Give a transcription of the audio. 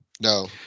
No